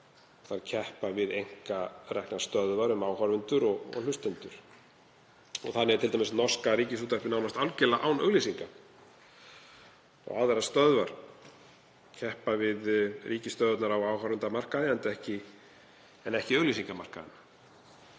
þær keppa við einkareknar stöðvar um áhorfendur og hlustendur. Þannig er t.d. norska ríkisútvarpið nánast algerlega án auglýsinga og aðrar stöðvar keppa við ríkisstöðvarnar á áhorfendamarkaði en ekki á auglýsingamarkaðnum.